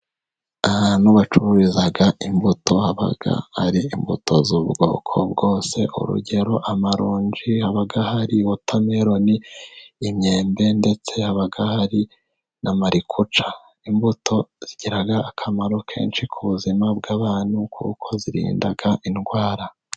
Ahantu bacururiza imbuto haba hari imbuto z'ubwoko bwose urugero: amaronji, haba hari wotameroni, imyembe ndetse haba hari na marikuca, imbuto zigira akamaro kenshi ku buzima bw'abantu kuko zirinda indwara.